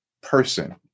person